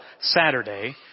Saturday